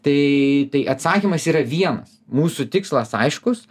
tai tai atsakymas yra vienas mūsų tikslas aiškus